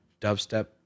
dubstep